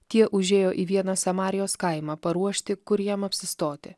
tie užėjo į vieną samarijos kaimą paruošti kur jam apsistoti